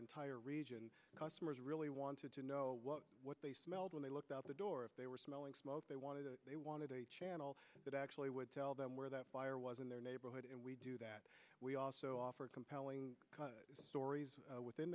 entire region customers really wanted to know what they smelled when they looked out the door if they were smelling smoke they wanted to they wanted a channel that actually would tell them where that fire was in their neighborhood and we do that we also offer compelling stories within